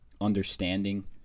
understanding